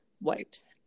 Wipes